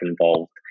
involved